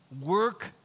work